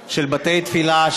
ולרשום את התלמידים ברישום אזורי.